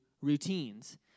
routines